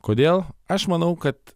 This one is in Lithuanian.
kodėl aš manau kad